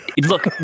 Look